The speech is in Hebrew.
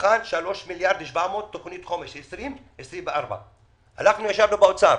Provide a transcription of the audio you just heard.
מוכנים עם 3.7 מיליארד שקלים תוכנית חומש 2024. הלכנו וישבנו באוצר